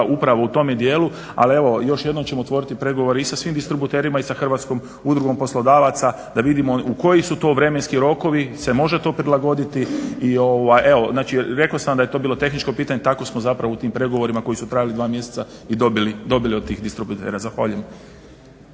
upravo u tome dijelu, ali evo još jednom ćemo otvoriti pregovore i sa svim distributerima i sa hrvatskom udrugom poslodavaca da vidimo koji su to vremenski rokovi, se može to prilagoditi, evo rekao sam da je to bilo tehničko pitanje. tako smo zapravo u tim pregovorima koji su trajali dva mjeseca dobili i od tih distributera. Zahvaljujem.